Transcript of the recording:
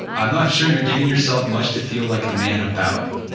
i'm not sure you are giving yourself much to feel like a man about.